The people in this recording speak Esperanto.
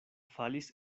falis